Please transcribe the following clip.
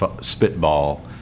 spitball